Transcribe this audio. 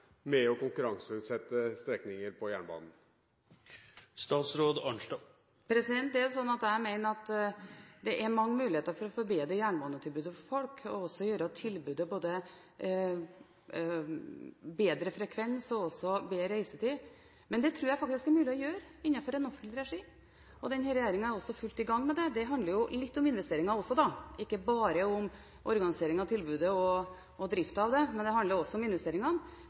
med å konkurranseutsette strekninger på jernbanen? Jeg mener at det er mange muligheter for å forbedre jernbanetilbudet for folk og også gjøre tilbudet bedre når det gjelder både frekvens og reisetid. Men det tror jeg faktisk er mulig å gjøre innenfor den offentlige regi. Denne regjeringen er også i full gang med det. Det handler jo litt om investeringer også, ikke bare om organisering av tilbudet og drift av det. Men vi er også i gang når det gjelder driften og fornying av det eksisterende, bl.a. infrastrukturen på jernbanesiden. Det